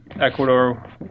Ecuador